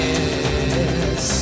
Yes